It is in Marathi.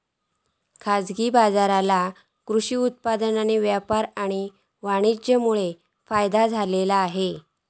खाजगी बाजारांका कृषि उत्पादन व्यापार आणि वाणीज्यमुळे फायदो झालो हा